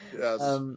yes